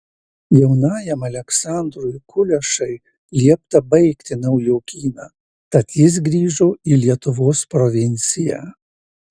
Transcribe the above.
jaunajam aleksandrui kulešai liepta baigti naujokyną tad jis grįžo į lietuvos provinciją